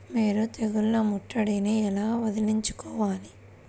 మీరు తెగులు ముట్టడిని ఎలా వదిలించుకోవాలి?